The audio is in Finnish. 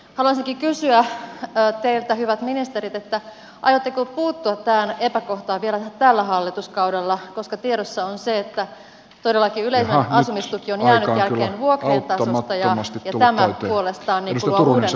haluaisinkin kysyä teiltä hyvät ministerit aiotteko puuttua tähän epäkohtaan vielä tällä hallituskaudella koska tiedossa on se että todellakin yleinen asumistuki on jäänyt jälkeen vuokrien tasosta ja tämä puolestaan luo uuden työttömyysloukun